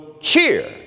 cheer